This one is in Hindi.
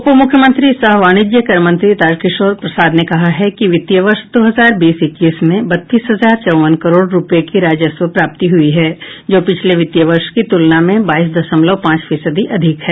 उप मुख्यमंत्री सह वाणिज्य कर मंत्री तारकिशोर प्रसाद ने कहा है कि वित्तीय वर्ष दो हजार बीस इक्कीस में बत्तीस हजार चौवन करोड़ रूपये की राजस्व प्राप्ति हुई है जो पिछले वित्तीय वर्ष की तुलना में बाईस दशमलव पांच फीसदी अधिक है